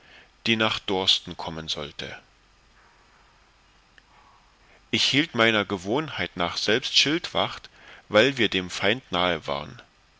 die nach dorsten kommen sollte ich hielt meiner gewohnheit nach selbst schildwacht weil wir dem feind nahe waren